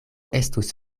estus